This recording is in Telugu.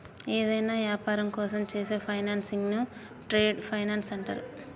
యేదైనా యాపారం కోసం చేసే ఫైనాన్సింగ్ను ట్రేడ్ ఫైనాన్స్ అంటరు